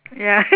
ya